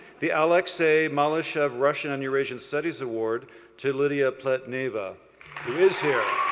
the alexey maleyshev russian and eurasian studies award to lidiia pletneva, who is here.